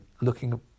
looking